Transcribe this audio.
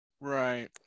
Right